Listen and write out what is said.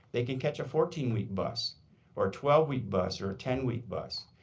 they can catch a fourteen week bus or a twelve week bus, or a ten week bus.